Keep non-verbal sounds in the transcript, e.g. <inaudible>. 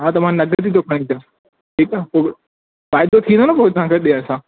<unintelligible> ठीक आहे पोइ फ़ाइदो थींदो न असांजो ॾियण सां